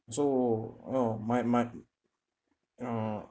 so oh my my uh